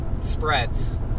spreads